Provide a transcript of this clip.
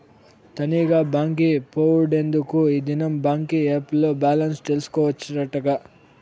తనీగా బాంకి పోవుడెందుకూ, ఈ దినం బాంకీ ఏప్ ల్లో బాలెన్స్ తెల్సుకోవచ్చటగా